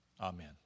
Amen